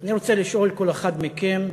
אני רוצה לשאול כל אחד מכם: